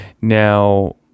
now